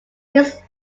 his